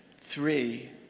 three